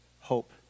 hope